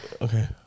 Okay